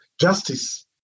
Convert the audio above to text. justice